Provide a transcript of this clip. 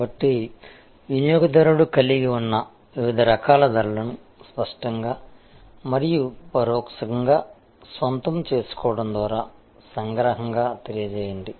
కాబట్టి వినియోగదారుడు కలిగి ఉన్న వివిధ రకాల ధరలను స్పష్టంగా మరియు పరోక్షంగా స్వంతం చేసుకోవడం ద్వారా సంగ్రహంగా తెలియజేయండి